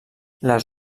les